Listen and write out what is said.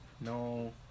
No